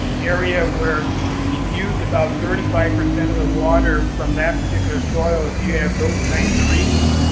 area where we've used about thirty five percent of the water from that particular soil. if you have those kind of readings,